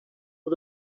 for